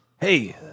Hey